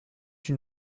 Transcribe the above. une